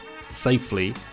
safely